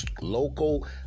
local